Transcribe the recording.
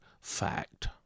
fact